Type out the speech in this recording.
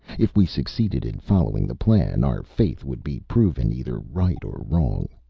if we succeeded in following the plan, our faith would be proven either right or wrong.